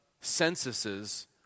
censuses